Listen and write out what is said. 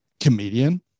comedian